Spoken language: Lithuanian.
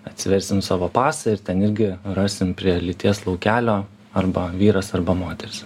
atsiversim savo pasą ir ten irgi rasim prie lyties laukelio arba vyras arba moteris